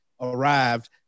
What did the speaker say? arrived